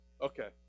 Okay